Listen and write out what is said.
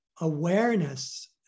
awareness